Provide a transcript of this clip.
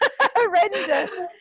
horrendous